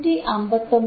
159